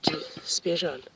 special